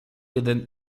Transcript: jeden